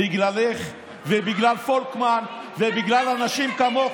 בגללך ובגלל פולקמן ובגלל אנשים כמוך,